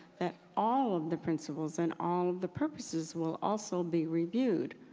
that all of the principles and all of the purposes will also be reviewed.